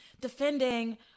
defending